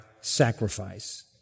sacrifice